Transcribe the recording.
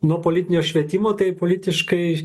nuo politinio švietimo tai politiškai